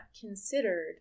considered